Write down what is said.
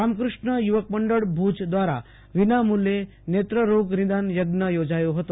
રામકૃષ્ણ યુ વક મંડળ ભુજ દ્રારા વિના મુલ્યે નેત્ર રોગ નિદાન યજ્ઞ યોજાયો હતો